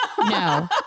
No